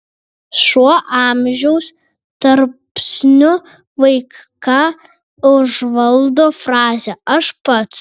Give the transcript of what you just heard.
šiuo amžiaus tarpsniu vaiką užvaldo frazė aš pats